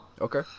Okay